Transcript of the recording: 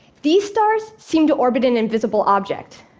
these stars seem to orbit an invisible object.